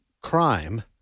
crime